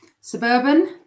Suburban